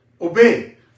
obey